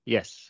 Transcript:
Yes